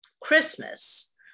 Christmas